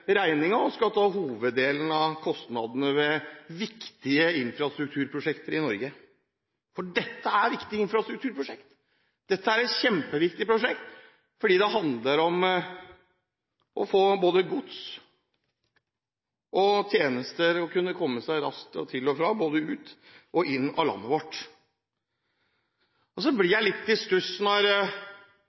og som skal ta hoveddelen av kostnadene ved viktige infrastrukturprosjekter i Norge. For dette er viktig infrastruktur, dette er et kjempeviktig prosjekt fordi det handler om å få både gods og tjenester inn og ut av landet vårt og komme seg raskt til og fra. Så blir jeg litt i stuss når